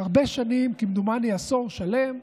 הרבה שנים, כמדומני עשור שלם.